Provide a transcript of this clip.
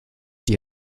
die